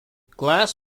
glass